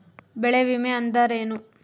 ಬೆಳೆ ವಿಮೆ ಅಂದರೇನು?